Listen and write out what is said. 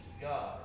God